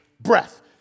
breath